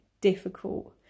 difficult